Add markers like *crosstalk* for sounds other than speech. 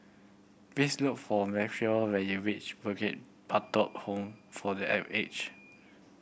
please look for Marquis when you reach Bukit Batok Home for the *unintelligible* Aged